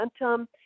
momentum